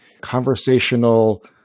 conversational